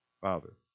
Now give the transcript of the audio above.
Father